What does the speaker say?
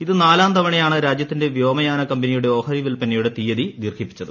ഇത് നാലാം തവണയാണ് രാജ്യത്തിന്റെ വ്യോമയാന കമ്പനിയുടെ ഓഹരി വിൽപ്പനയുടെ തീയതി ദീർഘിപ്പിച്ചത്